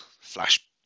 Flash